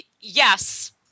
Yes